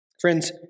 Friends